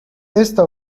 esta